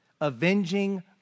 Avenging